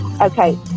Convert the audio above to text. Okay